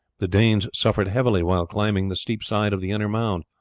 the danes suffered heavily while climbing the steep side of the inner mound.